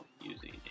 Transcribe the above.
using